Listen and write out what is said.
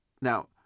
Now